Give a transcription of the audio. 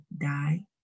die